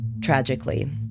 Tragically